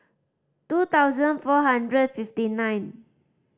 two thousand four hundred fifty nine